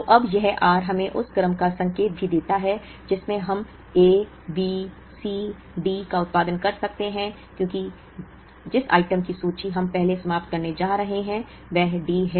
तो अब यह r हमें उस क्रम का संकेत भी देता है जिसमें हम A B C D का उत्पादन कर सकते हैं क्योंकि जिस आइटम की सूची हम पहले समाप्त करने जा रहे हैं वह D है